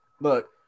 look